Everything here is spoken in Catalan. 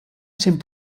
sent